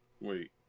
Wait